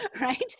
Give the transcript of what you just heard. right